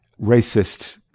racist